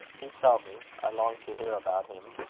do tell me. i long to hear about him.